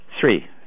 Three